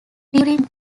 during